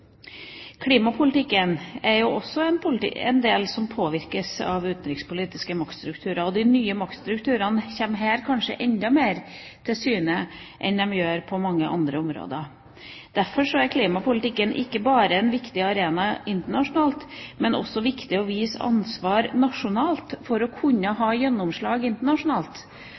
Klimapolitikken er også noe som påvirkes en del av utenrikspolitiske maktstrukturer. De nye maktstrukturene kommer kanskje her enda mer til syne enn de gjør på mange andre områder. Derfor er klimapolitikken ikke bare en viktig arena internasjonalt – det er også viktig å vise ansvar nasjonalt for å kunne få gjennomslag internasjonalt.